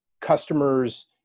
customers